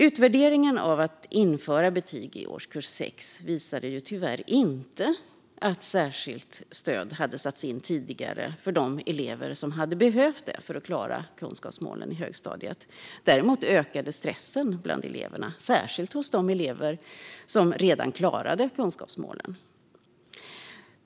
Utvärderingen av att införa betyg i årskurs 6 visade tyvärr inte att särskilt stöd hade satts in tidigare för de elever som hade behövt det för att klara kunskapsmålen i högstadiet. Däremot ökade stressen bland eleverna, särskilt hos de elever som redan klarade kunskapsmålen.